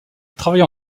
travaille